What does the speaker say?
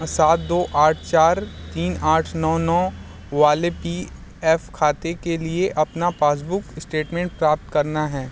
सात दो आठ चार तीन आठ नौ नौ वाले पी एफ खाते के लिए अपना पासबुक स्टटमेंट प्राप्त करना है